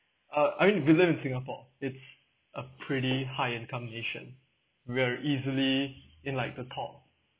uh I mean if you live in singapore it's a pretty high income nation we are easily in like the top